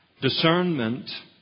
discernment